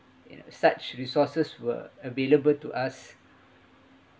you know such resources will available to us